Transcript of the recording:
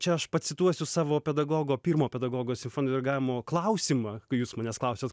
čia aš pacituosiu savo pedagogo pirmo pedagogo simfoninio dirigavimo klausimą kai jūs manęs klausėt